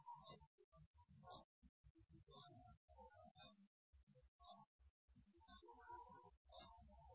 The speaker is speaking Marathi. तर मी प्रथम आवश्यक गोष्टी करू